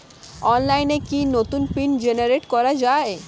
অনলাইনে কি নতুন পিন জেনারেট করা যায়?